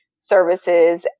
services